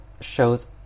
shows